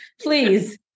please